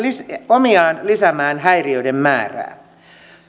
omiaan lisäämään häiriöiden määrää